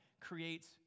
creates